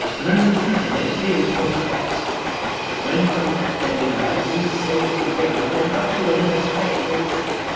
learn the truth of it cleared from the false when from that deadly light zeus saved the babe, and up to olympus' height raised him,